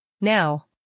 Now